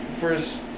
first